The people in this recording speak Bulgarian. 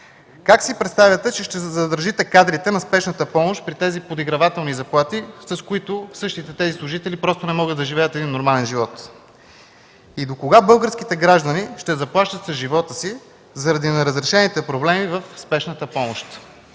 Как си представяте, че ще задържите кадрите на Спешната помощ при тези подигравателни заплати, с които същите тези служители не могат да живеят нормален живот? Докога българските граждани ще заплащат с живота си заради неразрешените проблеми в Спешната помощ?